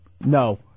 No